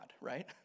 right